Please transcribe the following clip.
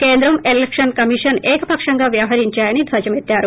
కేంద్రం election commission ఏకపక్షంగా వ్యవహరించాయని ధ్యజమెత్తారు